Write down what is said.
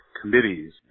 committees